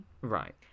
Right